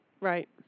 Right